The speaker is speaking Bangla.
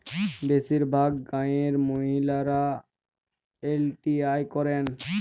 বেশিরভাগ গাঁয়ের মহিলারা এল.টি.আই করেন